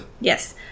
yes